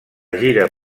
gira